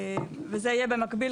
וזה יהיה במקביל,